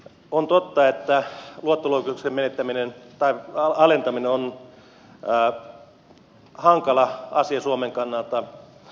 on totta että luottoluokituksen alentaminen on hankala asia suomen kannalta